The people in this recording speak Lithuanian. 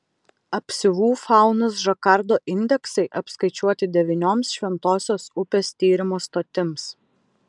apsiuvų faunos žakardo indeksai apskaičiuoti devynioms šventosios upės tyrimo stotims